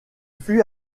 fut